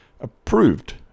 approved